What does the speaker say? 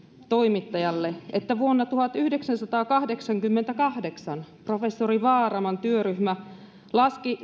toimittajalle että vuonna tuhatyhdeksänsataakahdeksankymmentäkahdeksan professori vaaraman työryhmä laski